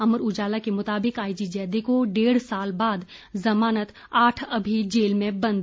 अमर उजाला के मुताबिक आईजी जैदी को डेढ़ साल बाद जमानत आठ अभी जेल में बंद